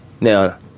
Now